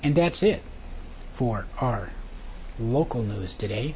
and that's it for our local news today